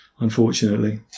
unfortunately